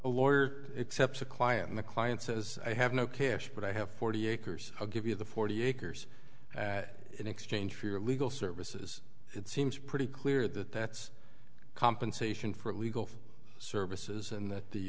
a lawyer except a client and the client says i have no cash but i have forty acres i'll give you the forty acres at an exchange for your legal services it seems pretty clear that that's compensation for legal services and that the